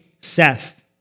Seth